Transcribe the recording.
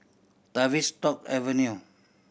Tavistock Avenue